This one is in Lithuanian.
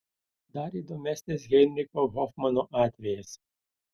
dar įdomesnis heinricho hofmano atvejis